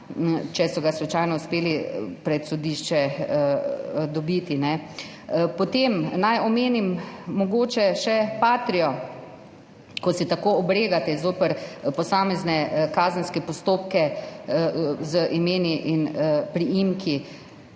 če so ga slučajno uspeli dobiti pred sodišče. Naj omenim mogoče še Patrio, ko se tako obregate zoper posamezne kazenske postopke z imeni in priimki.